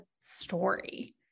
story